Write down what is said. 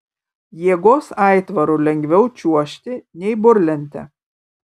jėgos aitvaru lengviau čiuožti nei burlente